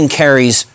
carries